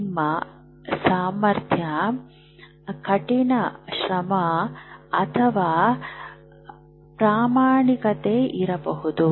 ನೀವು ಸಮರ್ಥ ಕಠಿಣ ಪರಿಶ್ರಮ ಅಥವಾ ಪ್ರಾಮಾಣಿಕರಾಗಿರಬಹುದು